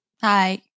Hi